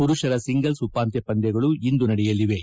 ಮರುಷರ ಸಿಂಗಲ್ಸ್ ಉಪಾಂತ್ತ ಪಂದ್ಯಗಳು ಇಂದು ನಡೆಯಲಿವೆ